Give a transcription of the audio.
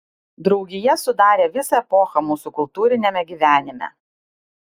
draugija sudarė visą epochą mūsų kultūriniame gyvenime